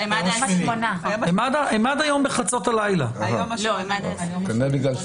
הם עד מחר בחצות הלילה, במעבר בין חמישי